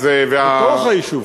בתוך היישוב.